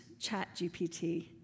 ChatGPT